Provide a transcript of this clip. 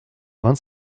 vingt